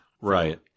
Right